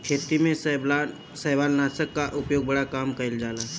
खेती में शैवालनाशक कअ उपयोग बड़ा कम कइल जाला